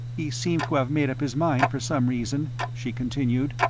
he seemed to have made up his mind for some reason, she continued,